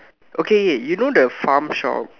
okay you know the pharm shop